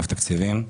אגף תקציבים.